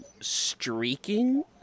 streaking